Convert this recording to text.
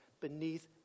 beneath